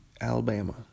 Alabama